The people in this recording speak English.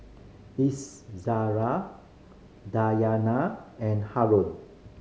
Izzara Dayana and Haron